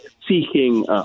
seeking